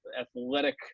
athletic